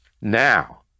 Now